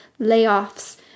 layoffs